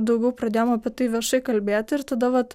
daugiau pradėjom apie tai viešai kalbėt ir tada vat